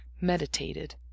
meditated